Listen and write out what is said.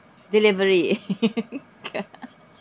delivery